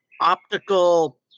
optical